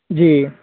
جی